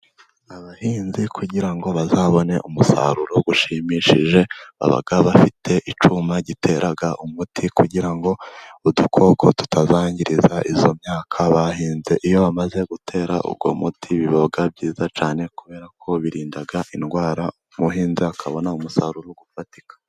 Abahinzi kugira ngo bazabone umusaruro ushimishije, baba bafite icyuma gitera umuti kugira ngo udukoko tutazangiriza iyo myaka bahinze, iyo bamaze gutera uwo muti biba byiza cyane kubera ko birinda indwara, umuhinzi akabona umusaruro ufatika.